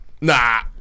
Nah